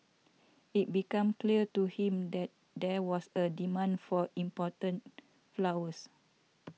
it became clear to him that there was a demand for important flowers